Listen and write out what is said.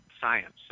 science